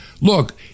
Look